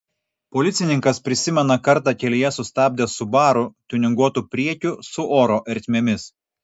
policininkas prisimena kartą kelyje sustabdęs subaru tiuninguotu priekiu su oro ertmėmis